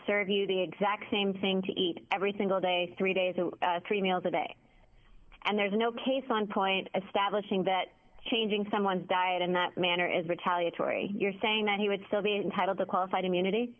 serve you the exact same thing to eat every single day three days three meals a day and there's no case on point establishing that changing someone's diet in that manner is retaliatory you're saying that he would still be entitled to qualified immunity